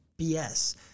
BS